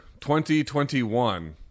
2021